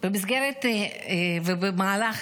במהלך